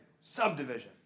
subdivision